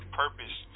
purpose